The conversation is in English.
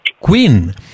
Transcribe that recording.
queen